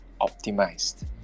optimized